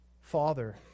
father